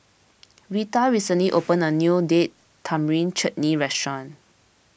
Reta recently opened a new Date Tamarind Chutney restaurant